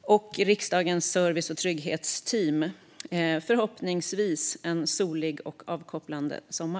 och riksdagens service och trygghetsteam en förhoppningsvis solig och avkopplande sommar.